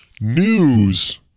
News